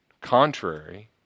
contrary